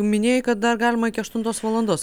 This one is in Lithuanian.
minėjai kad dar galima iki aštuntos valandos